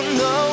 no